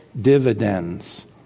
dividends